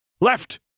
Left